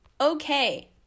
okay